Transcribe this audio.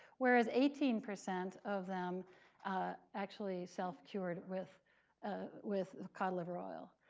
whereas, eighteen percent of them actually self-cured with ah with cod liver oil.